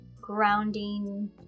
grounding